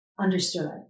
understood